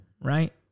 right